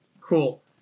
cool